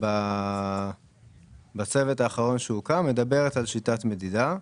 של הצוות האחרון שהוקם מדברת על שיטת מדידה.